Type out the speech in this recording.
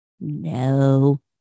No